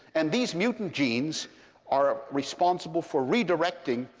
and these mutant genes are ah responsible for redirecting,